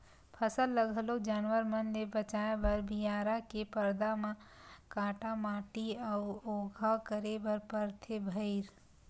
फसल ल घलोक जानवर मन ले बचाए बर बियारा के परदा म काटा माटी अउ ओधा करे बर परथे भइर